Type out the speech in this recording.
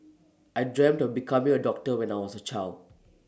I dreamt of becoming A doctor when I was A child